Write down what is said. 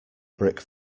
brick